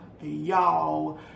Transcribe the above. y'all